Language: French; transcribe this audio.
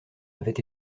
avait